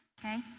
okay